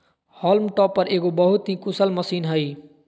haulm topper एगो बहुत ही कुशल मशीन हइ